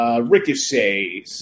Ricochet